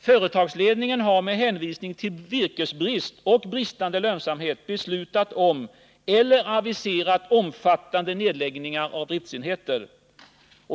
Företagsledningen har med hänvisning till virkesbrist och bristande lönsamhet beslutat om eller aviserat omfattande nedläggningar av driftenheter.